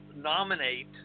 nominate